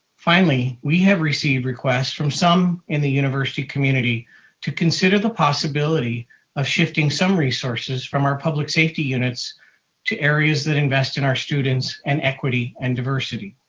finally, we have received requests from some in the university community to consider the possibility of shifting some resources from our public safety units to areas that invest in our students and equity and diversity.